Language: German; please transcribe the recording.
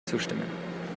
zustimmen